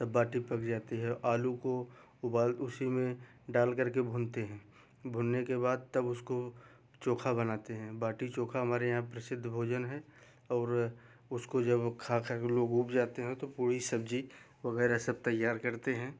तब बाटी पाक जाती है आलू को उबाल उसी में डाल करके भूनते हैं भूनने के बाद तब उसको चोखा बनाते हैं बाटी चोखा हमारे यहाँ प्रसिद्ध भोजन है और उसको जब खा खा के लोग उब जाते हैं तो पुरी सब्जी वगैरह सब तैयार करते हैं